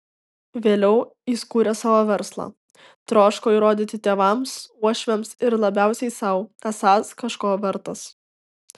vėliau jis kūrė savo verslą troško įrodyti tėvams uošviams ir labiausiai sau esąs kažko vertas